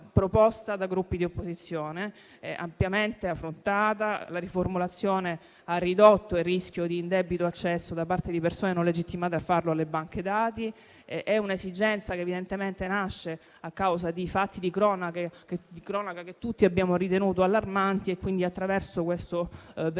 da Gruppi di opposizione; è stata ampiamente affrontata e la riformulazione ha ridotto il rischio di indebito accesso alle banche dati da parte di persone non legittimate a farlo. È un'esigenza che evidentemente nasce a causa dei fatti di cronaca che tutti abbiamo ritenuto allarmanti e quindi, attraverso questo veicolo